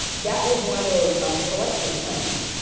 that was one of those um collector's planes.